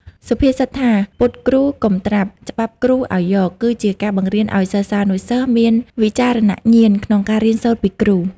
សុភាសិតថា «ពុតគ្រូកុំត្រាប់ ច្បាប់គ្រូឱ្យយក» គឺជាការបង្រៀនឱ្យសិស្សានុសិស្សមានវិចារណញ្ញាណក្នុងការរៀនសូត្រពីគ្រូ។